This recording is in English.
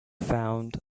found